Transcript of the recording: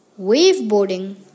waveboarding